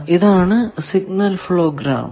ഇതാണ് signal flow graph